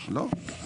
לא.